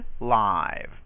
live